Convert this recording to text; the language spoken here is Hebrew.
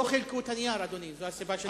לא חילקו את הנייר, אדוני, זו הסיבה שאני לא יכול.